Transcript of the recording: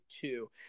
two